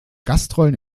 gastrollen